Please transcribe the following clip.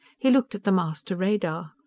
he looked at the master radar.